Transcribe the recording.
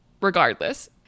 regardless